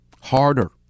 harder